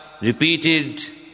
repeated